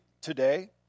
today